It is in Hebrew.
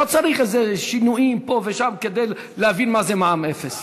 לא צריך איזה שינויים פה ושם כדי להבין מה זה מע"מ אפס.